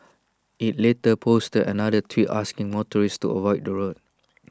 IT later posted another tweet asking motorists to avoid the road